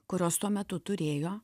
kurios tuo metu turėjo